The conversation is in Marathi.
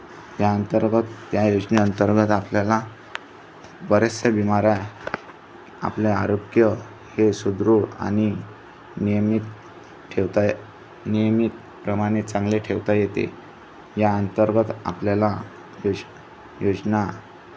याअंतर्गत या योजनेअंतर्गत आपल्याला बऱ्याचशा बिमाऱ्या आपले आरोग्य हे सुदृढ आणि नियमित ठेवता य नियमित प्रमाणे चांगले ठेवता येते या अंतर्गत आपल्याला यज योजना